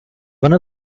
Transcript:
one